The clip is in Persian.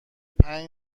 پنج